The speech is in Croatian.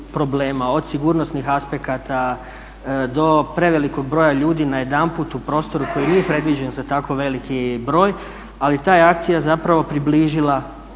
od sigurnosnih aspekata do prevelikog broja ljudi najedanput u prostoru koji nije predviđen za tako veliki broj ali ta je akcija zapravo približila